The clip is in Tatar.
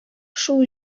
шул